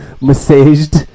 Massaged